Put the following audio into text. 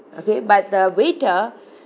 okay but the waiter